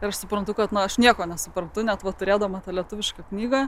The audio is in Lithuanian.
aš suprantu kad aš nieko nesuprantu net turėdama tą lietuvišką knygą